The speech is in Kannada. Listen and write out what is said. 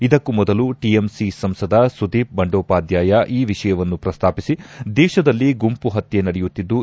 ಇದಕ್ಕೂ ಮೊದಲು ಟಿಎಂಸಿ ಸಂಸದ ಸುದೀಪ್ ಬಂಡೋಪಾಧ್ಯಾಯ ಈ ವಿಷಯವನ್ನು ಪ್ರಸ್ತಾಪಿಸಿ ದೇಶದಲ್ಲಿ ಗುಂಪು ಪತ್ತೆ ನಡೆಯುತ್ತಿದ್ದು